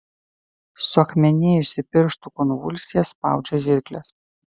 suakmenėjusi pirštų konvulsija spaudžia žirkles